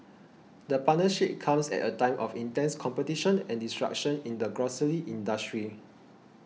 the partnership comes at a time of intense competition and disruption in the grocery industry